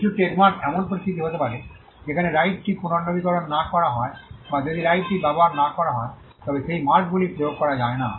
কিছু ট্রেডমার্ক এমন পরিস্থিতি হতে পারে যেখানে রাইটটি পুনর্নবীকরণ না করা হয় বা যদি রাইটটি ব্যবহার না করা হয় তবে সেই মার্ক গুলি প্রয়োগ করা যায় না